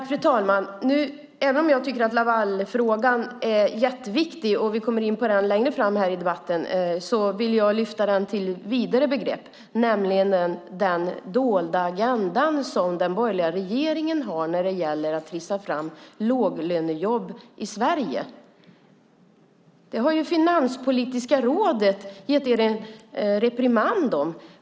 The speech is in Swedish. Fru talman! Jag tycker att Lavalfrågan är jätteviktig - vi kommer in på den längre fram i debatten i dag - och vill lyfta upp den vidare på den dolda agenda som den borgerliga regeringen har för att trissa fram låglönejobb i Sverige. Det har Finanspolitiska rådet gett er en reprimand för.